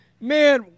Man